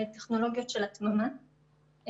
בטכנולוגיות של התממה,